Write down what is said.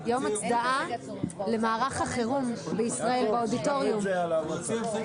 ועם המדרגים האלה להרחיב גם את הסקופ הפרקטי,